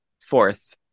Fourth